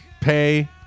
pay